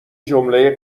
جمله